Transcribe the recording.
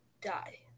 die